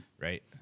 Right